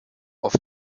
auf